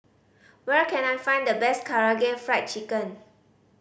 where can I find the best Karaage Fried Chicken